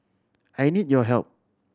I need your help